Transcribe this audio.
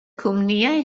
cwmnïau